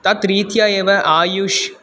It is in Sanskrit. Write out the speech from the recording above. तद्रित्या एव आयुष्